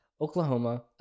Oklahoma